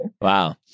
Wow